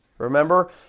Remember